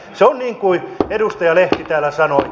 se on niin kuin edustaja lehti täällä sanoi